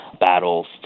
battles